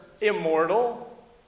immortal